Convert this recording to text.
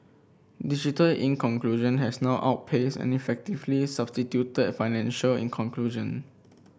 digital in conclusion has now outpaced and effectively substituted financial in conclusion